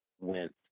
went